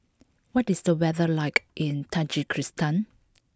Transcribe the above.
what is the weather like in Tajikistan